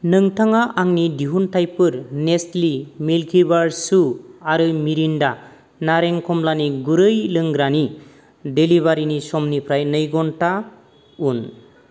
नोंथाङा आंनि दिहुनथाइफोर नेस्ट्लि मिल्किबार चु आरो मिरिन्दा नारें कम्लानि गुरै लोंग्रानि डेलिभारिनि समनिफ्राय नै घन्टा उन